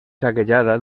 saquejada